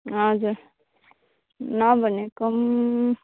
हजुर नभनेको पनि